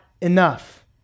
enough